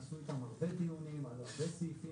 נעשו איתם הרבה דיונים על הרבה סעיפים,